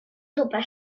zupę